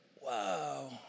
wow